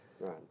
Right